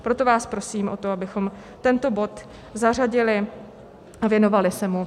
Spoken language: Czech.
Proto vás prosím o to, abychom tento bod zařadili a věnovali se mu.